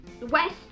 west